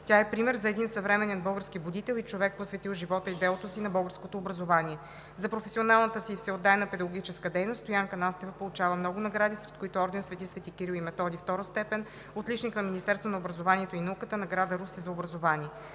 Тя е пример за един съвременен български будител и човек, посветил живота и делото си на българското образование. За професионалната си и всеотдайна педагогическа дейност Стоянка Настева получава много награди, сред които орден „Св. св. Кирил и Методий“ втора степен, „Отличник на Министерството на образованието и науката“, награда „Русе“ – за образование.